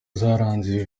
zaranze